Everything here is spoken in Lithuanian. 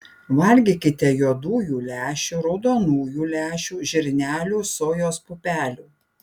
valgykite juodųjų lęšių raudonųjų lęšių žirnelių sojos pupelių